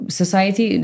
society